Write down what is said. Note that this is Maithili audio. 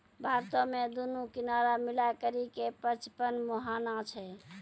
भारतो मे दुनू किनारा मिलाय करि के पचपन मुहाना छै